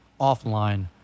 offline